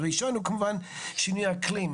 הראשון הוא כמובן שינוי האקלים.